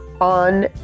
on